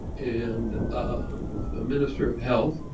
and the minister of health,